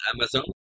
Amazon